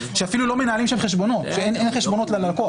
שאפילו לא מנהלים שם חשבונות ושאין חשבונות ללקוח.